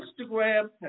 Instagram